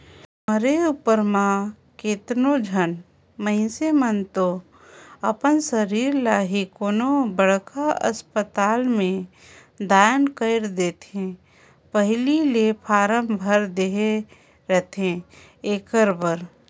मरे उपर म केतनो झन मइनसे मन तो अपन सरीर ल ही कोनो बड़खा असपताल में दान कइर देथे पहिली ले फारम भर दे रहिथे एखर बर